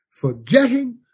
forgetting